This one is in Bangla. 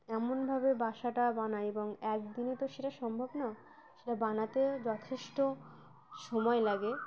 এমনভাবে বাসাটা বানায় এবং একদিনে তো সেটা সম্ভব না সেটা বানাতে যথেষ্ট সময় লাগে